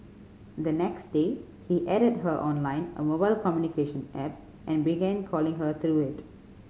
the next day he added her on Line a mobile communication app and began calling her through it